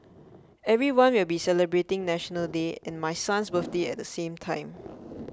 everyone will be celebrating National Day and my son's birthday at the same time